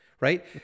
right